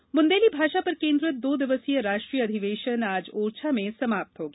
बुंदेली अधिवेशन ब्रंदेली भाषा पर केन्द्रित दो दिवसीय राष्ट्रीय अधिवेशन आज ओरछा में समाप्त हो गया